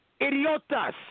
Idiotas